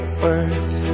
worth